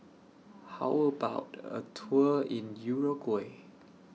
How about A Tour in Uruguay